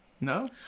No